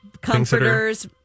Comforters